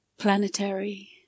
Planetary